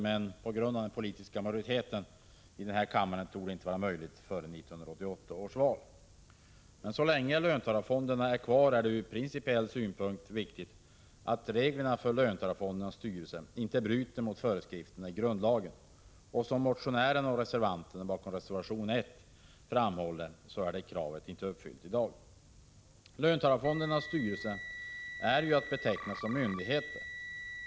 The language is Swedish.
Men på grund av den politiska majoriteten i denna kammare torde det inte vara möjligt före 1988 års val. Så länge löntagarfonderna är kvar är det ur principiell synpunkt viktigt att reglerna för löntagarfondernas styrelser inte strider mot föreskrif terna i grundlagen. Som motionärerna och även reservanterna i reservation I framhåller är det kravet i dag inte uppfyllt. Löntagarfondernas styrelser är ju att beteckna som myndigheter.